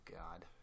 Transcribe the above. god